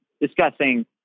discussing